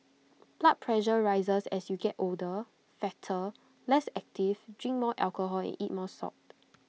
blood pressure rises as you get older fatter less active drink more alcohol and eat more salt